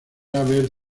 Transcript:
haber